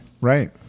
Right